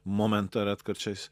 momentą retkarčiais